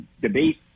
debate